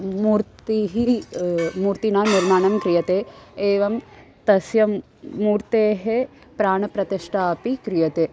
मूर्तिः मूर्तिनां निर्माणं क्रियते एवं तस्य मूर्तेः प्राणप्रतिष्ठा अपि क्रियते